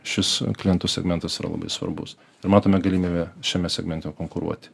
šis klientų segmentas labai svarbus ir matome galimybę šiame segmente konkuruoti